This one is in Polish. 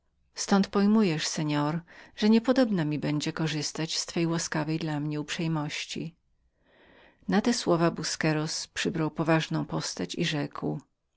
ztąd pojmujesz seor że niepodobna mi będzie korzystać z jego łaskawej dla mnie uprzejmości na te słowa busqueros przybrał poważną postać i rzekł